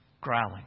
growling